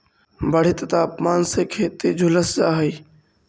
बढ़ित तापमान से खेत झुलस जा हई